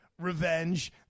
Revenge